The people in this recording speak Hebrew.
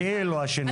כאילו השינויים.